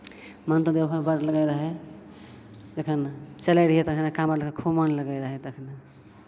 मन तऽ देवघर बड़ लगैत रहै जखन चलैत रहियै तखन काँवर लऽ कऽ खूब मन लगैत रहै तऽ